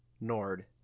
Nord